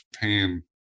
pain